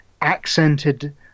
accented